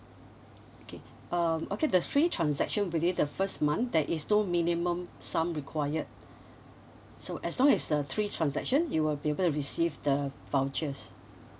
okay um okay the three transaction within the first month there is no minimum sum required so as long as the three transaction you will be able to receive the vouchers